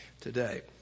today